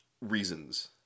reasons